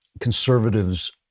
conservatives